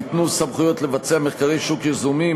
ניתנו סמכויות לבצע מחקרי שוק יזומים,